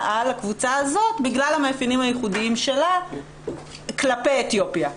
על הקבוצה הזאת בגלל המאפיינים הייחודיים שלה כלפי אתיופיה?